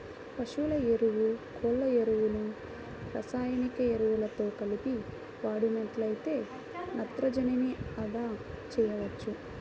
పశువుల ఎరువు, కోళ్ళ ఎరువులను రసాయనిక ఎరువులతో కలిపి వాడినట్లయితే నత్రజనిని అదా చేయవచ్చు